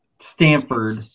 Stanford